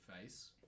face